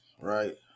right